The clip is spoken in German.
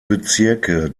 bezirke